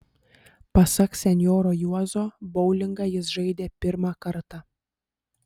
pasak senjoro juozo boulingą jis žaidė pirmą kartą